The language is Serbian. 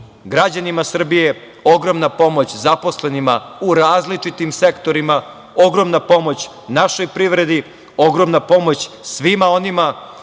građanima Srbije, ogromna pomoć zaposlenima u različitim sektorima, ogromna pomoć našoj privredi, ogromna pomoć svima onima